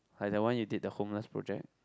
like that one you did the homeless project